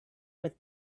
with